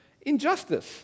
Injustice